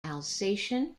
alsatian